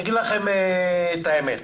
אגיד לכם את האמת: